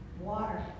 Water